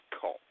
cop